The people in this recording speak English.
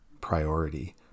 priority